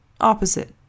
opposite